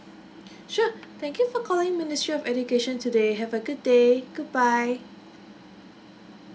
sure thank you for calling ministry of education today have a good day goodbye